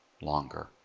longer